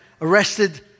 arrested